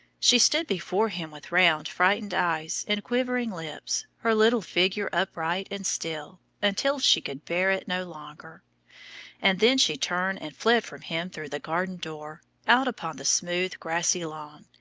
she stood before him with round, frightened eyes and quivering lips, her little figure upright and still, until she could bear it no longer and then she turned and fled from him through the garden door out upon the smooth grassy lawn,